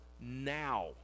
now